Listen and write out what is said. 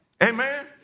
Amen